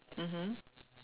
mmhmm